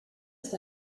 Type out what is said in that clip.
ist